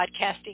podcasting